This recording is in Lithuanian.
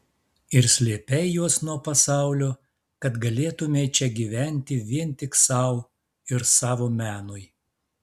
ir slėpei juos nuo pasaulio kad galėtumei čia gyventi vien tik sau ir savo menui